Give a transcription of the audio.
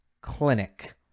clinic